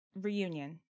reunion